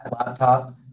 Laptop